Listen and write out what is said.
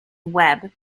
web